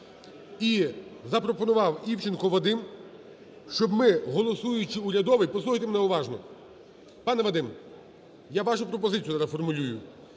І запропонував Івченко Вадим, щоб ми, голосуючи урядовий… Послухайте мене уважно! Пане Вадим, я вашу пропозицію зараз формулюю.